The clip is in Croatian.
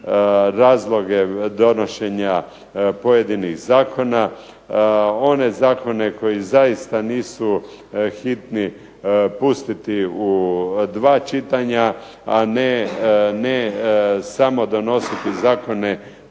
razloge donošenja pojedinih zakona, one zakone koji zaista nisu hitni pustiti u dva čitanja, a ne samo donositi zakone